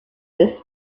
this